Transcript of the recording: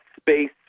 space